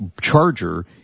charger